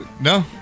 No